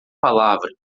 palavra